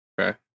Okay